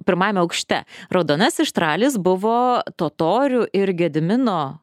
pirmajame aukšte raudonasis štralis buvo totorių ir gedimino